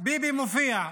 ביבי מופיע,